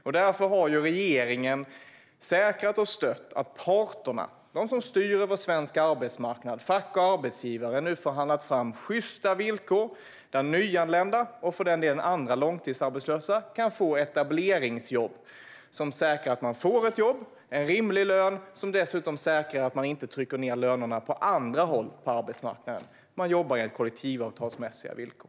Därför har regeringen säkrat och stött att parterna, de som styr över svensk arbetsmarknad, alltså fack och arbetsgivare, nu har förhandlat fram sjysta villkor där nyanlända och för den delen andra långtidsarbetslösa kan få etableringsjobb som säkrar att man får ett jobb och en rimlig lön som i sin tur säkrar att lönerna inte trycks ned på andra håll på arbetsmarknaden. Man jobbar enligt kollektivavtalsmässiga villkor.